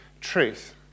truth